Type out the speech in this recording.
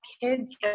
kids